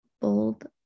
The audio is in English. bold